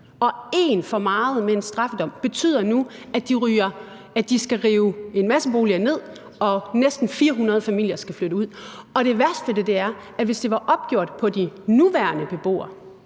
og én for meget med en straffedom betyder nu, at de skal rive en masse boliger ned, og at næsten 400 familier skal flytte ud. Det værste ved det er, at hvis det var opgjort i forhold til de nuværende beboere,